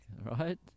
right